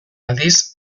aldiz